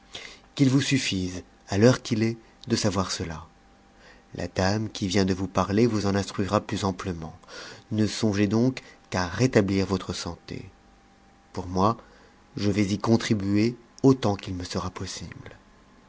qu'il vous suffise à l'heure qu'il est de savoir cela la dame qui vient de vous parler vous en instruira plus amplement ne songez donc qu'a rétablir votre santé pour moi je vais y contribuer autant qu'il me sera possible